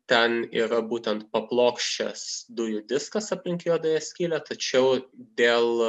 ten yra būtent paplokščias dujų diskas aplink juodąją skylę tačiau dėl